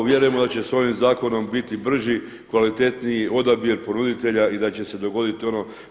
Vjerujemo da će se ovim zakonom biti brži, kvalitetniji odabir ponuditelja i da će se dogoditi ono.